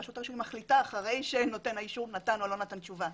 רשת הרישוי מחליטה אחרי שנותן האישור נתן או לא נתן תשובה.